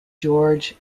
george